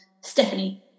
Stephanie